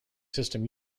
system